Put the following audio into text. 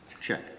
Check